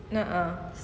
a'ah